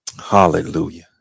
Hallelujah